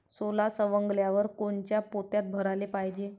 सोला सवंगल्यावर कोनच्या पोत्यात भराले पायजे?